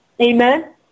Amen